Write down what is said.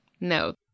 no